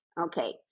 Okay